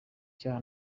icyaha